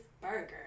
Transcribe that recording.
burger